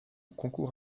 concours